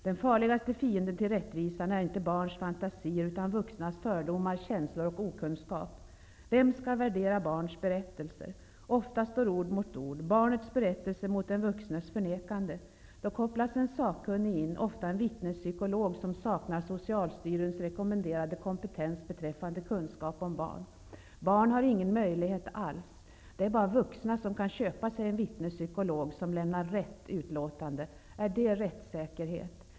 Den farligaste fienden till rättvisan är inte barns fantasier, utan vuxnas fördomar, känslor och okunskap. Vem skall värdera barns berättelser? Ofta står ord mot ord, barnets berättelse mot den vuxnes förnekande. Då kopplas en sakkunnig in, ofta en vittnespsykolog som saknar Socialstyrelsens rekommenderade kompetens beträffande kunskap om barn. Barn har ingen möjlighet alls. Det är bara vuxna som kan köpa sig en vittnespsykolog, som lämnar ''rätt'' utlåtande. Är det rättssäkerhet?